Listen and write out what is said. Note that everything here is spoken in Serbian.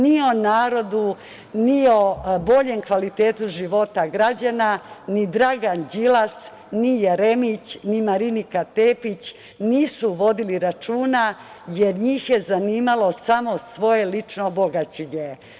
Ni o narodu, ni o boljem kvalitetu života građana ni Dragan Đilas, ni Jeremić, ni Marinika Tepić nisu vodili računa, jer njih je zanimalo samo svoje lično bogaćenje.